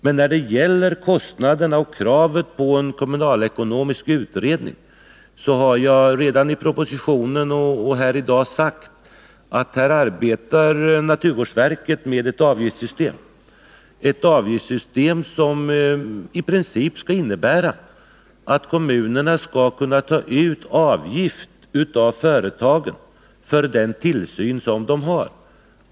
Men när det gäller kostnaderna och kravet på en kommunalekonomisk utredning har jag redan i propositionen och här i dag sagt att naturvårdsverket arbetar med ett avgiftssystem, som i princip skall innebära att kommunerna skall kunna ta ut avgift av företagen för den tillsyn som man har.